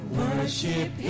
worship